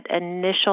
initial